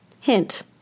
Hint